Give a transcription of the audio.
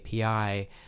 API